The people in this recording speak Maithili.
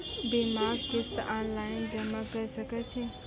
बीमाक किस्त ऑनलाइन जमा कॅ सकै छी?